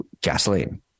gasoline